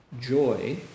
joy